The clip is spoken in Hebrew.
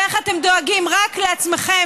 ואיך אתם דואגים רק לעצמכם,